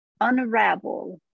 unravel